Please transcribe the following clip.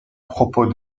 propos